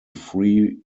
free